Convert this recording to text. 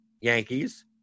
Yankees